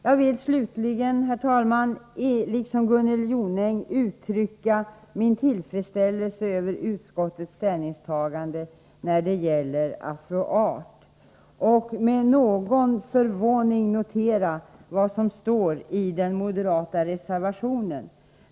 Jag vill slutligen, liksom Gunnel Jonäng, uttrycka min tillfredsställelse över utskottets ställningstagande när det gäller Afro-Art och min förvåning över vad som står i den moderata reservationen 40.